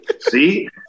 See